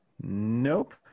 Nope